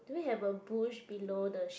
do you have a bush below the sheep